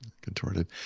Contorted